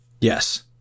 yes